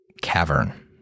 cavern